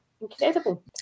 Incredible